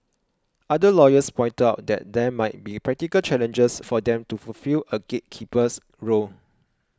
other lawyers pointed out that there might be practical challenges for them to fulfil a gatekeeper's role